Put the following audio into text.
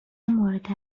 مورد